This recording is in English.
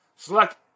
Select